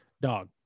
dog